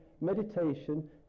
meditation